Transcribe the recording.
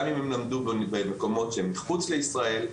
גם אם הם למדו במקומות מחוץ לישראל,